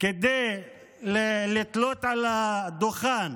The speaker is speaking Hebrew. כדי לתלות על הדוכן